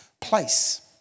place